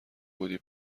بودی